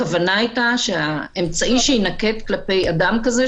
הכוונה הייתה שהאמצעי שיינקט כלפי אדם כזה,